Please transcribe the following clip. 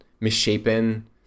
misshapen